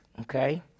Okay